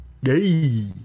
Yay